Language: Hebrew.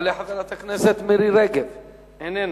תעלה חברת הכנסת מירי רגב, איננה.